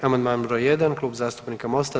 Amandman broj 1. Klub zastupnika MOST-a.